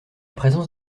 présence